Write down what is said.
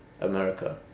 America